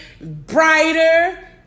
brighter